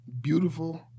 Beautiful